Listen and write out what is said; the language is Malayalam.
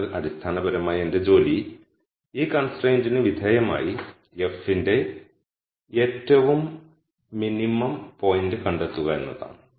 അതിനാൽ അടിസ്ഥാനപരമായി എന്റെ ജോലി ഈ കൺസ്ട്രയിന്റിന് വിധേയമായി f ന്റെ ഏറ്റവും മിനിമം പോയിന്റ് കണ്ടെത്തുക എന്നതാണ്